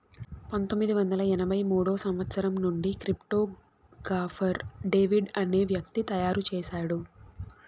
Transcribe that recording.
పంతొమ్మిది వందల ఎనభై మూడో సంవచ్చరం నుండి క్రిప్టో గాఫర్ డేవిడ్ అనే వ్యక్తి తయారు చేసాడు